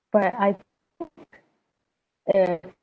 but I think uh